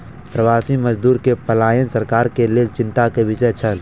प्रवासी मजदूर के पलायन सरकार के लेल चिंता के विषय छल